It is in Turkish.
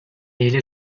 ile